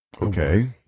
Okay